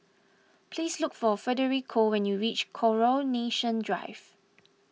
please look for Federico when you reach Coronation Drive